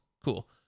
Cool